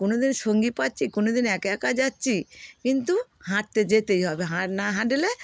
কোনোদিন সঙ্গি পাচ্ছি কোনোদিন এক একা যাচ্ছি কিন্তু হাঁটতে যেতেই হবে হাঁ না হাঁটলে